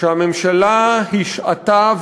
שהממשלה השעתה,